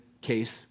case